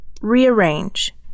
Rearrange